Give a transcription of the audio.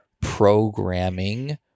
programming